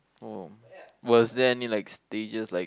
oh was there any like stages like